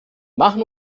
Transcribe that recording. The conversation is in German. machen